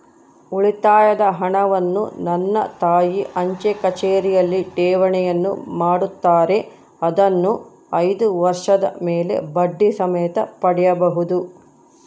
ಉಳಿತಾಯದ ಹಣವನ್ನು ನನ್ನ ತಾಯಿ ಅಂಚೆಕಚೇರಿಯಲ್ಲಿ ಠೇವಣಿಯನ್ನು ಮಾಡುತ್ತಾರೆ, ಅದನ್ನು ಐದು ವರ್ಷದ ಮೇಲೆ ಬಡ್ಡಿ ಸಮೇತ ಪಡೆಯಬಹುದು